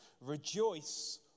Rejoice